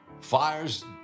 fires